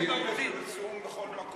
פרסום בכל מקום.